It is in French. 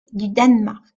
danemark